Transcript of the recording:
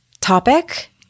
topic